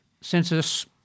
census